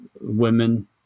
women